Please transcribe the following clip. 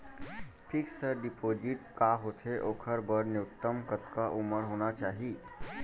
Fix deposit का होथे ओखर बर न्यूनतम कतका उमर होना चाहि?